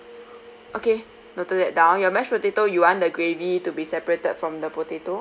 okay noted that down your mashed potato you want the gravy to be separated from the potato